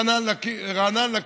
כמי שרוצה להגן על העם הפלסטיני,